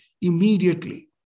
immediately